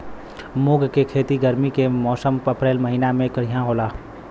मुंग के खेती गर्मी के मौसम अप्रैल महीना में बढ़ियां होला?